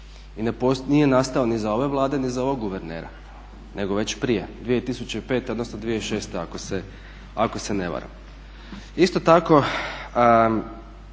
i nije nastao ni za ove Vlade, ni za ovog guvernera nego već prije 2005. odnosno 2006. ako se ne varam. Isto tako